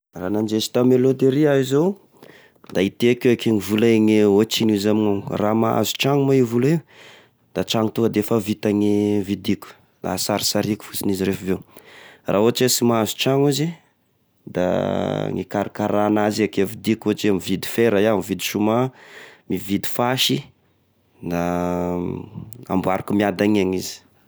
Raha nandresy tamy loteria iaho izao, da hiteko eky i vola igny ohatrigno izy amignio, raha mahazo tragno moa i vola io, da tragno tonga de efa vita ny vidiko, da hasarsariako fosiny izy refa avy eo, raha ohatra hoe sy mahazo tragno izy da ny ikarakaragna azy akeo vidiko, ohatry hoe mividy fera iaho, mividy soment, midy fasy, na amboariko miadagna eny izy.